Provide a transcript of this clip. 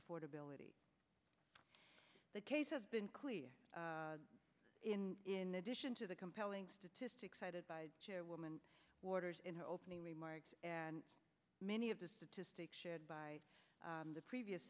affordability the case has been clear in in addition to the compelling statistics cited by chairwoman quarters in her opening remarks and many of the statistics shared by the previous